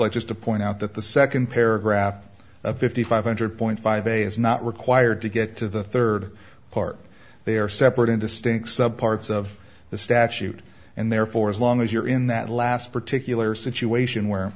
like just to point out that the second paragraph of fifty five hundred point five a is not required to get to the third part they are separate and distinct sub parts of the statute and therefore as long as you're in that last particular situation where